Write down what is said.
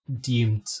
deemed